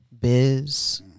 biz